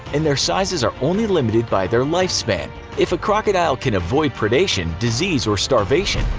and their sizes are only limited by their lifespan if a crocodile can avoid predation, disease, or starvation,